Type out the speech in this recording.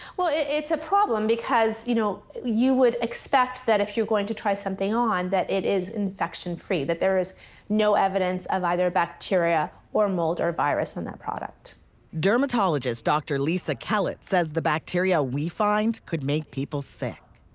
well, it's a problem because, you know, you would expect that if you're going to try something on, that it is infection-free, that there is no evidence of either bacteria or mould or virus in that product. asha dermatologist dr lisa kellett says the bacteria we find could make people sick.